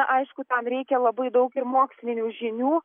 aišku tam reikia labai daug ir mokslinių žinių